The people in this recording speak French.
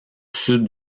sud